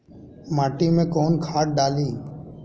माटी में कोउन खाद डाली?